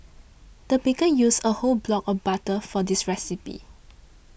the baker used a whole block of butter for this recipe